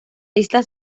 esta